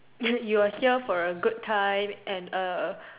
you were here for a good time and a